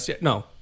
no